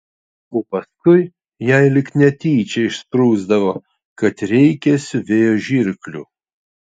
o paskui jai lyg netyčia išsprūsdavo kad reikia siuvėjo žirklių